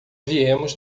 viemos